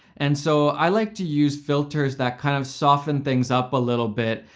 and so i like to use filters that kind of soften things up a little bit,